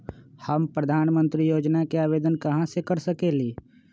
हम प्रधानमंत्री योजना के आवेदन कहा से कर सकेली?